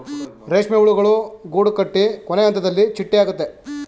ರೇಷ್ಮೆ ಹುಳುಗಳು ಗೂಡುಕಟ್ಟಿ ಕೊನೆಹಂತದಲ್ಲಿ ಚಿಟ್ಟೆ ಆಗುತ್ತೆ